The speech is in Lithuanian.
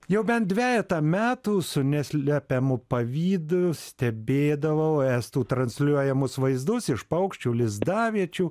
jau bent dvejetą metų su neslepiamu pavydu stebėdavau estų transliuojamus vaizdus iš paukščių lizdaviečių